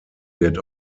wird